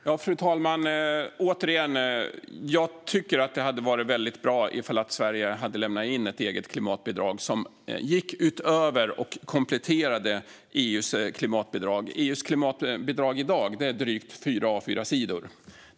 Fru talman! Jag tycker, återigen, att det hade varit väldigt bra om Sverige hade lämnat in ett eget klimatbidrag som gick utöver och kompletterade EU:s klimatbidrag. EU:s klimatbidrag i dag är drygt fyra A4-sidor.